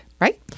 right